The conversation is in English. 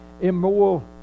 immoral